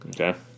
Okay